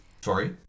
sorry